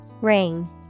Ring